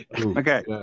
Okay